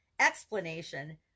explanation